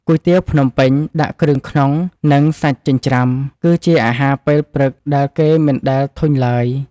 គុយទាវភ្នំពេញដាក់គ្រឿងក្នុង និងសាច់ចិញ្ច្រាំ គឺជាអាហារពេលព្រឹកដែលគេមិនដែលធុញឡើយ។